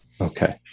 Okay